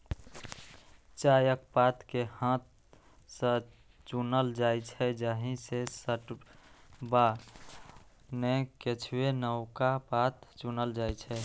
चायक पात कें हाथ सं चुनल जाइ छै, जाहि मे सबटा नै किछुए नवका पात चुनल जाइ छै